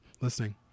listening